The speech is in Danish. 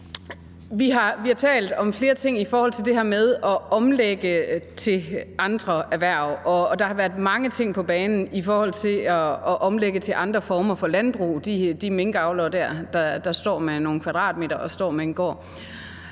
Vi har talt om flere ting i forhold til det her med at omlægge til andre erhverv, og der har været mange ting på banen, i forhold til om de minkavlere, der står med en gård og nogle kvadratmeter, kan omlægge